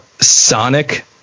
Sonic